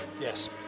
Yes